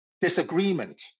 disagreement